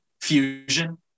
Fusion